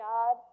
God